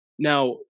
Now